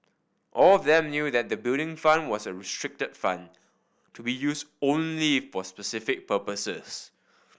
all of them knew that the Building Fund was a restricted fund to be use only for specific purposes